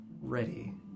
ready